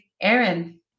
Aaron